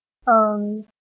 um